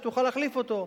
שתוכל להחליף אותו,